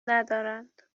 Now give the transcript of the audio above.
ندارند